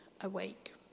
awake